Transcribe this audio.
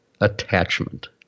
attachment